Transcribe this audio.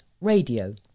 Radio